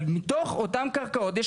אבל מתוך אותן קרקעות,